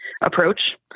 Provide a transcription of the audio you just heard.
approach